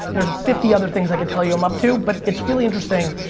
there's fifty other things i could tell you i'm up to, but it's really interesting,